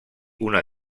una